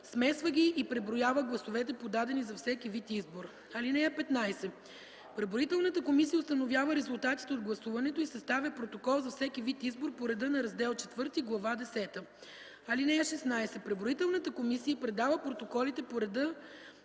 смесва ги и преброява гласовете, подадени за всеки вид избор. (15) Преброителната комисия установява резултатите от гласуването и съставя протокол за всеки вид избор по реда на Раздел ІV, Глава десета. (16) Преброителната комисия предава протоколите по реда